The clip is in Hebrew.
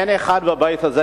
אין אחד בבית הזה,